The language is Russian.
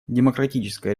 демократическая